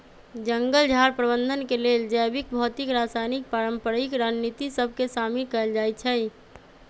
जंगल झार प्रबंधन के लेल जैविक, भौतिक, रासायनिक, पारंपरिक रणनीति सभ के शामिल कएल जाइ छइ